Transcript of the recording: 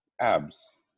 abs